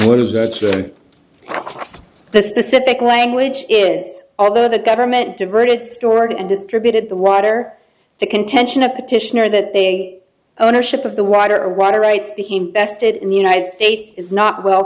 have the specific language is although the government diverted storage and distributed the water the contention of petitioner that they ownership of the wider water rights became vested in the united states is not well